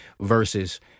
versus